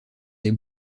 des